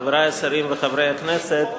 חברי השרים וחברי הכנסת,